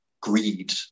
greed